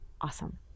awesome